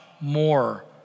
more